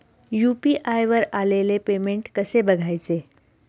UPI वर आलेले payment कसे बघायचे?